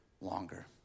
longer